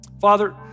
Father